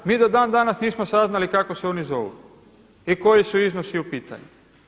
Mi do dan-danas nismo saznali kako se oni zovu i koji su iznosi u pitanju.